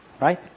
Right